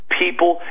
people